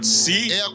see